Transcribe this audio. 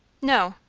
no.